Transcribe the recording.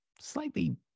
slightly